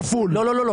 לא.